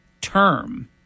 term